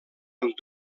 amb